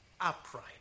upright